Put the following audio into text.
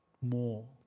more